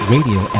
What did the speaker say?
Radio